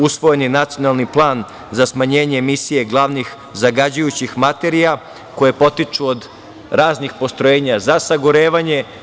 Usvojen je nacionalni plan za smanjenje emisije glavnih zagađujućih materija koje potiču od raznih postrojenja za sagorevanje.